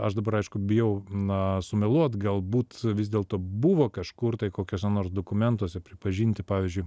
aš dabar aišku bijau na sumeluot galbūt vis dėlto buvo kažkur tai kokiuose nors dokumentuose pripažinti pavyzdžiui